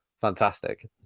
fantastic